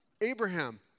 Abraham